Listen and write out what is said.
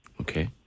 Okay